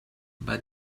but